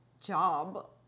job